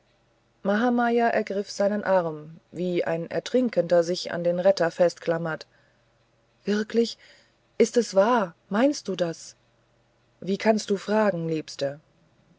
mahamaya ergriff seinen arm wie ein ertrinkender sich an den retter festklammert wirklich ist es wahr meinst du das wie kannst du fragen liebste